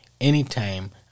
anytime